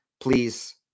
please